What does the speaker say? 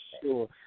sure